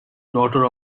daughter